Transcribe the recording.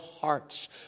hearts